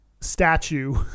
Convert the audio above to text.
statue